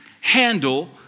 handle